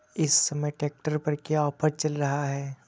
इस समय ट्रैक्टर पर क्या ऑफर चल रहा है?